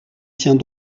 tiens